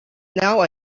now